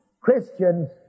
Christians